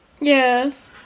yes